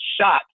shot